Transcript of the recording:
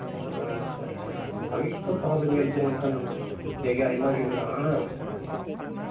ᱟᱪᱪᱷᱟ ᱟᱪᱪᱷᱟ ᱵᱷᱟᱜᱮ ᱜᱮᱛᱚ ᱛᱟᱦᱚᱞᱮ ᱧᱮᱞ ᱡᱚᱝ ᱞᱮᱠᱟᱱ ᱡᱟᱭᱜᱟ ᱟᱭᱢᱟᱜᱮ ᱢᱮᱱᱟᱜᱼᱟ ᱦᱟᱝ